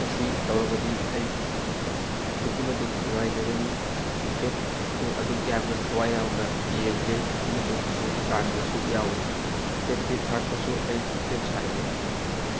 ꯃꯁꯤ ꯇꯧꯔꯕꯗꯤ ꯑꯩ ꯑꯗꯨꯛꯀꯤ ꯃꯇꯤꯛ ꯅꯨꯡꯉꯥꯏꯖꯒꯅꯤ ꯀ꯭ꯔꯤꯀꯦꯠ ꯄꯨ ꯑꯗꯨꯛ ꯌꯥꯝꯅ ꯊꯋꯥꯏ ꯌꯥꯎꯅ ꯌꯦꯡꯖꯩ ꯑꯃꯁꯨꯡ ꯁꯥꯟꯅꯕꯁꯨ ꯌꯥꯎꯋꯤ ꯏꯁꯇꯦꯠꯀꯤ ꯊꯥꯛꯇꯁꯨ ꯑꯩ ꯀ꯭ꯔꯤꯀꯦꯠ ꯁꯥꯟꯅꯖꯩ